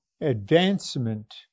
advancement